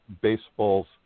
baseballs